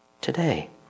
today